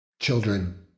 Children